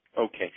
Okay